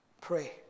Pray